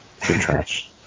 trash